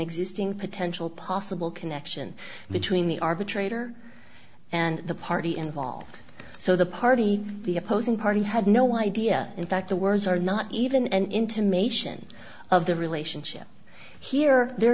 existing potential possible connection between the arbitrator and the party involved so the party the opposing party had no idea in fact the words are not even an intimation of the relationship here there